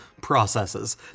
processes